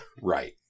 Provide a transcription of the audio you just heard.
Right